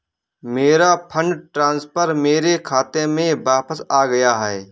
मेरा fund transfer मेरे खाते में वापस आ गया है